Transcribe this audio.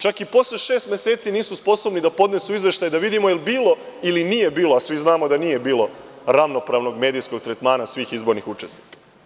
Čak i posle šest meseci nisu sposobni da podnesu izveštaj da li je bilo ili nije bilo, a svi znamo da nije bilo ravnopravnog medijskog tretmana svih izbornih učesnika.